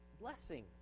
blessing